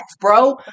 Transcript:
bro